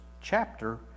chapter